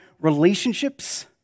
relationships